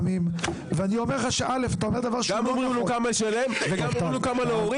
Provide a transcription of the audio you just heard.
גם אומרים לו כמה לשלם, וגם אומרים לו כמה להוריד.